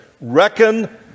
reckon